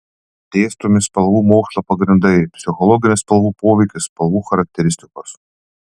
dėstomi spalvų mokslo pagrindai psichologinis spalvų poveikis spalvų charakteristikos